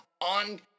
on